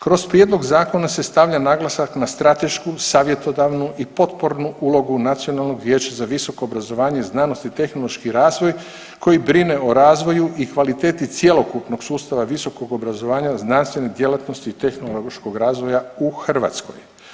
Kroz prijedlog zakona se stavlja naglasak na stratešku, savjetodavnu i potpornu ulogu Nacionalnog vijeća za visoko obrazovanje, znanost i tehnološki razvoj koji brine o razvoju i kvaliteti cjelokupnog sustava visokog obrazovanja, znanstvene djelatnosti i tehnološkog razvoja u Hrvatskoj.